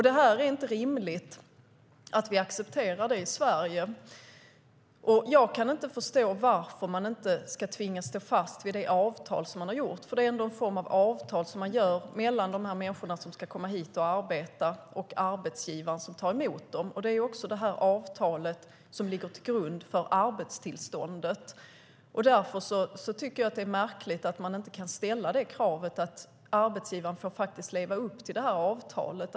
Det är inte rimligt att vi accepterar det i Sverige. Jag kan inte förstå varför man inte ska tvingas att stå fast vid det avtal som man har slutit, för det är ändå en form av avtal mellan människorna som ska komma hit och arbeta och arbetsgivaren som tar emot dem. Det är också detta avtal som ligger till grund för arbetstillståndet. Därför är det märkligt att man inte kan ställa krav på arbetsgivaren att leva upp till avtalet.